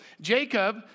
Jacob